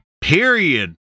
period